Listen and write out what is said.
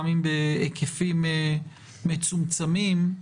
גם אם בהיקפים מצומצמים,